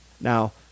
Now